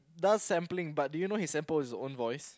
does sampling but do you know he samples his own voice